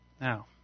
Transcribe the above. now